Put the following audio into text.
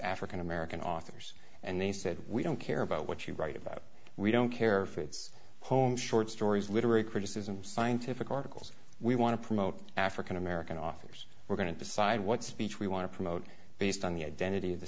african american authors and they said we don't care about what you write about we don't care for it's home short stories literary criticism scientific articles we want to promote african american offers we're going to decide what speech we want to promote based on the identity